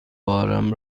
بارم